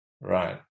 right